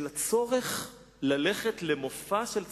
של הצורך ללכת למופע של צחוק.